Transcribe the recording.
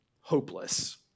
hopeless